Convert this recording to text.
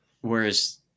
Whereas